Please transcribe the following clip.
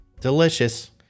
Delicious